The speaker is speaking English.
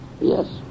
Yes